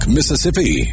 Mississippi